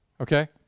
okay